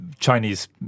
Chinese